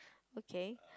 okay